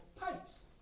pipes